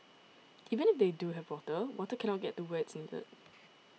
even if they do have water water cannot get to where it's needed